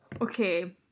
Okay